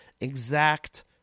exact